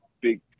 big